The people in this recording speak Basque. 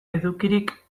edukirik